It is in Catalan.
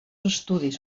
estudis